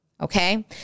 okay